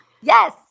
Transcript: Yes